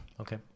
Okay